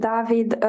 David